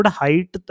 height